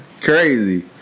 Crazy